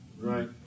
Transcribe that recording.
Right